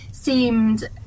seemed